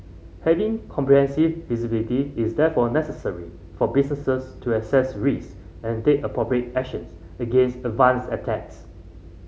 having comprehensive visibility is therefore necessary for businesses to assess risk and take appropriate actions against advanced attacks